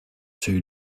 too